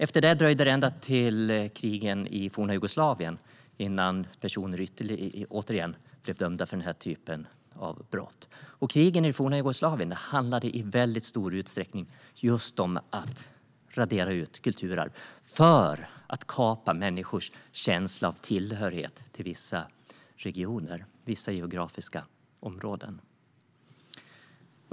Efter det dröjde det ända till krigen i forna Jugoslavien innan personer återigen blev dömda för denna typ av brott. Krigen i forna Jugoslavien handlade i väldigt stor utsträckning just om att radera ut kulturarv för att kapa människors känsla av tillhörighet till vissa geografiska områden.